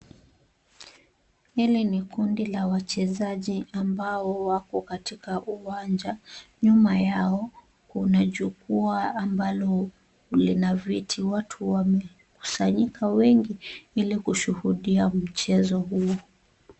Hili ni kundi la wachezaji ambao wako katika uwanja. Nyuma yao kuna jukwaa ambalo lina viti. Watu wamekusanyika wengi ili kushuhudia mchezo huo.